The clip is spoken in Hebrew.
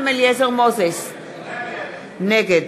נגד